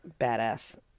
badass